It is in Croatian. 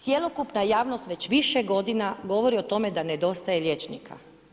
Cjelokupna javnost već više godina govori o tome da nedostaje liječnika.